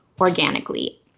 organically